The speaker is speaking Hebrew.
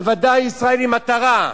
בוודאי ישראל היא מטרה.